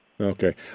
Okay